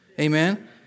Amen